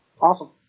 Awesome